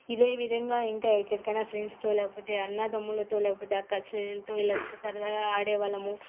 ఇదే విధంగా ఇంకా ఎక్కడికైనా ఫ్రెండ్స్తో లేకపోతే అన్నాతమ్ముళ్లతో లేకపోతే అక్క చెల్లెళ్లతో ఇలా స సరదాగా ఆడేవాళ్ళము